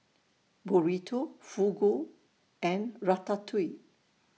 Burrito Fugu and Ratatouille